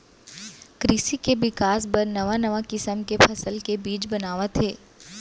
कृसि के बिकास बर नवा नवा किसम के फसल के बीज बनावत हें